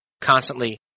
constantly